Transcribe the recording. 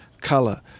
color